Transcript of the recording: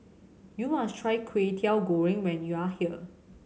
you must try Kway Teow Goreng when you are here